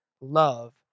love